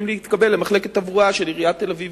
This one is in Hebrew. להתקבל למחלקת התברואה של עיריית תל-אביב,